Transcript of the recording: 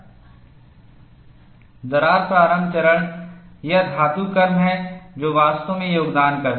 दरार प्रारंभ चरण यह धातुकर्म है जो वास्तव में योगदान करते हैं